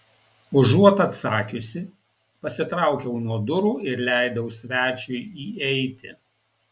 užuot atsakiusi pasitraukiau nuo durų ir leidau svečiui įeiti